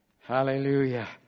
Hallelujah